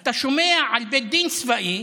אתה שומע על בית דין צבאי